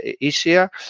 easier